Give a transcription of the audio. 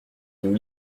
nous